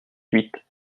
huit